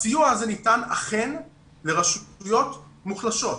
הסיוע הזה אכן ניתן לרשויות מוחלשות.